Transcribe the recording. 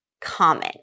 common